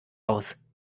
aus